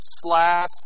slash